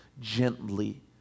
gently